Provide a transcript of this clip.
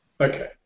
Okay